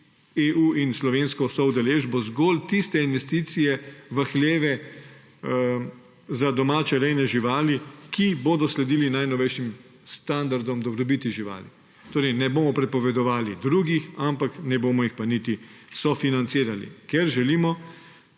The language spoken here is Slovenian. in s slovensko soudeležbo zgolj tiste investicije v hleve za domače rejne živali, ki bodo sledile najnovejšim standardom dobrobiti živali. Torej ne bomo prepovedovali drugih, ampak ne bomo jih pa niti sofinancirali, ker želimo